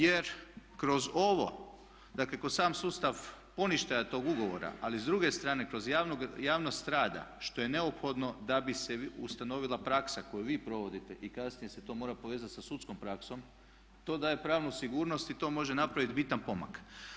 Jer kroz ovo, dakle kroz sam sustav poništaja tog ugovora ali s druge strane kroz javnost rada što je neophodno da bi se ustanovila praksa koju vi provodite i kasnije se to mora povezati sa sudskom praksom to da je pravnu sigurnosti i to može napraviti bitan pomak.